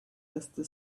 dusty